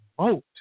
vote